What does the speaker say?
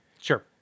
Sure